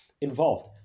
involved